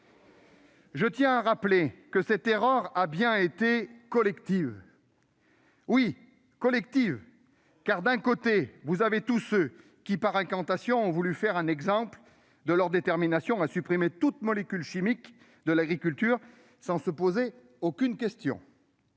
les néonicotinoïdes. Cette erreur a bien été collective- oui, collective -, car d'un côté, on trouvait tous ceux qui, par des incantations, ont voulu faire un exemple de leur détermination à supprimer toute molécule chimique de l'agriculture, sans se poser aucune question-